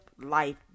life